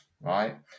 right